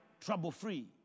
trouble-free